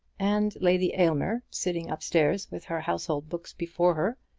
and lady aylmer, sitting up-stairs with her household books before her,